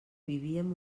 vivíem